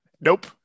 nope